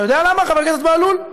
אתה יודע למה, חבר הכנסת בהלול?